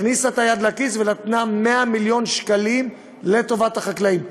הכניסה את היד לכיס ונתנה 100 מיליון שקלים לטובת החקלאים,